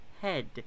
head